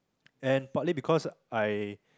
and partly because I